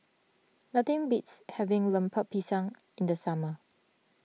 nothing beats having Lemper Pisang in the summer